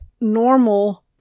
normal